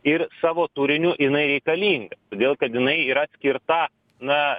ir savo turiniu jinai reikalinga todėl kad jinai yra atskirta na